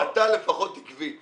רוברט, אתה לפחות עקבי.